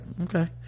Okay